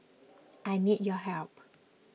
I need your help